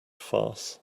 farce